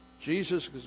Jesus